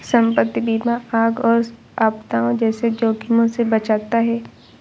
संपत्ति बीमा आग और आपदाओं जैसे जोखिमों से बचाता है